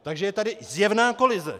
Takže je tady zjevná kolize.